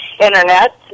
internet